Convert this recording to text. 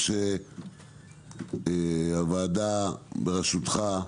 הוועדה בראשותך,